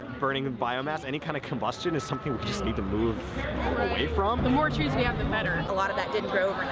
burning biomass, any kind of combustion, is something we just need to move away from. the more trees we have, um the better. and a lot of that didn't grow